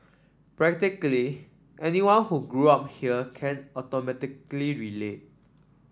practically anyone who grew up here can automatically relate